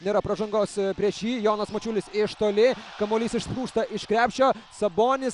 nėra pražangos prieš jį jonas mačiulis iš toli kamuolys išsprūsta iš krepšio sabonis